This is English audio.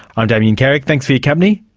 i'm damien carrick, thanks for your company,